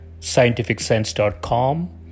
scientificsense.com